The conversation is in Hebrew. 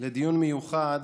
לדיון מיוחד